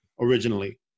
originally